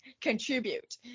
Contribute